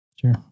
Sure